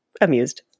amused